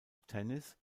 tennis